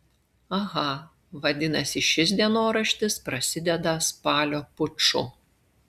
aha vadinasi šis dienoraštis prasideda spalio puču